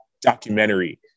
documentary